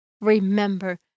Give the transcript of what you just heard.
remember